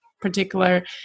particular